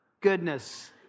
goodness